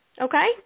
Okay